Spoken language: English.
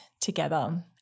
together